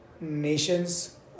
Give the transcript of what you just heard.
nations